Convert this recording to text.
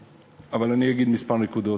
אבל אני אגיד כמה נקודות,